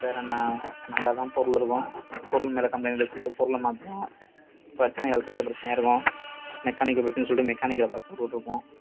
வேறேன்ன நல்லா தான் பொருள் இருக்கும் பொருள் மேலே கம்ளைண்ட்டுன்னு சொல்லிட்டு பொருளை மாற்றன்னுவோம் பிரச்சின எலக்ட்ரிக்கல் பிரச்சினையா இருக்கும் மெக்கானிக்கல் பிரச்சினைன்னு சொல்லிட்டு மெக்கானிக்கலை பார்க்க கூப்பிட்டுட்ருப்போம்